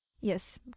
Yes